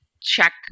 check